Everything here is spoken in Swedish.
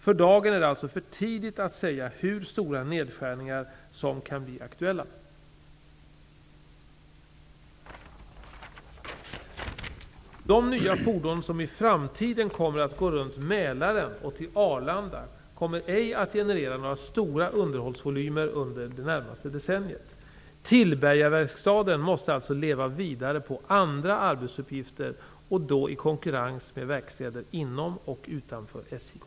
För dagen är det alltså för tidigt att säga hur stora nedskärningar som kan bli aktuella. De nya fordon som i framtiden kommer att gå runt Mälaren och till Arlanda kommer ej att generera några stora underhållsvolymer under det närmaste decenniet. Tillbergaverkstaden måste alltså leva vidare på andra arbetsuppgifter och då i konkurrens med verkstäder inom och utanför SJ